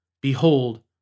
behold